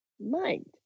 mind